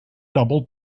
double